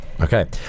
Okay